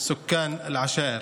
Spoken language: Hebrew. סוכאן אל-עשאיר.